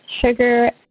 sugar